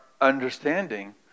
understanding